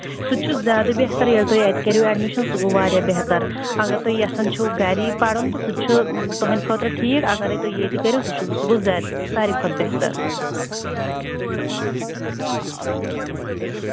سُہ چھِ زیادٕ بہتر ییٚلہِ تُہۍ اَتہِ کٔرِو ایڈمِشن سُہ گوٚو وارِیاہ بہتر اگر تُہۍ یَژھان چھِو گَری پَرُن تہٕ سُہ چھُ تُہنٛدٕ خٲطرٕ ٹھیٖک اگرے تۄہہِ ییٚتہِ کٔرِو سُہ چھُو سُہ گوٚو زیادٕ ساروِٮ۪و کھۄتہٕ بہتر